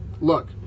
Look